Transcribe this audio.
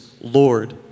Lord